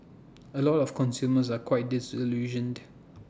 A lot of consumers are quite disillusioned